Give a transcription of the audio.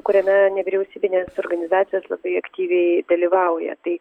kuriame nevyriausybinės organizacijos labai aktyviai dalyvauja tai